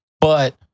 But-